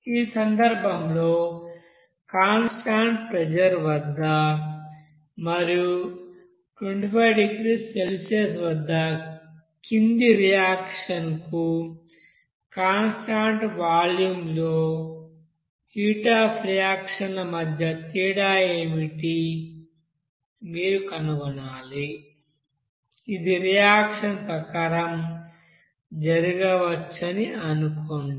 ఈ సందర్భంలో constant pressure వద్ద మరియు 25 డిగ్రీల సెల్సియస్ వద్ద కింది రియాక్షన్ కు కాన్స్టాంట్ వాల్యూమ్లో యొక్క హీట్ అఫ్ రియాక్షన్ ల మధ్య తేడా ఏమిటో మీరు కనుగొనాలి ఇది రియాక్షన్ ప్రకారం జరగవచ్చని అనుకోండి